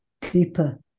deeper